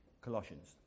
Colossians